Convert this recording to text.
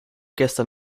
gestern